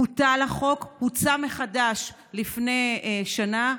בוטל החוק והוצע מחדש לפני שנה.